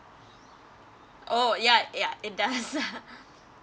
oh ya ya it does